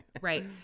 Right